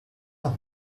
noch